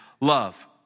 love